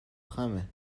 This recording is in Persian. خمه